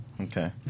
Okay